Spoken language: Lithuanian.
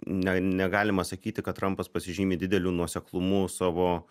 ne negalima sakyti kad trampas pasižymi dideliu nuoseklumu savo